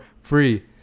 free